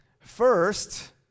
First